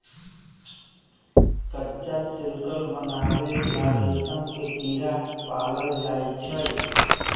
कच्चा सिल्क बनावे ला रेशम के कीड़ा पालल जाई छई